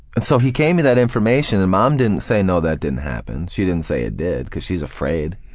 and so he gave me that information and mom didn't say no, that didn't happen, she didn't say it did cause she's afraid,